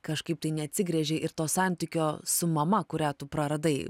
kažkaip tai neatsigręžei ir to santykio su mama kurią tu praradai